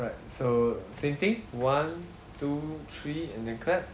alright so same thing one two three and then clap